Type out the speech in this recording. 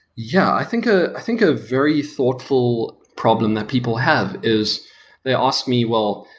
yeah. i think ah think a very thoughtful problem that people have is they ask me, well,